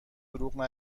دروغ